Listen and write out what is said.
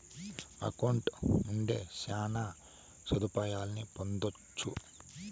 account ఉంటే శ్యాన సదుపాయాలను పొందొచ్చు